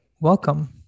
Welcome